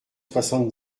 soixante